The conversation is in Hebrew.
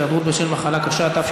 הוראת שעה) (הכרה בלימודי תעודה),